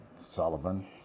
Sullivan